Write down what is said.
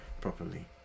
properly